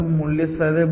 તે દરેક મૂલ્ય હશે O U